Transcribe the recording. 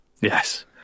Yes